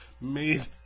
made